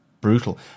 brutal